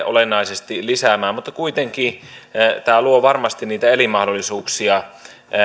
olennaisesti lisäämään mutta kuitenkin tämä luo varmasti niitä elinmahdollisuuksia